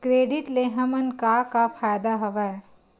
Credit ले हमन का का फ़ायदा हवय?